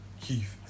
Keith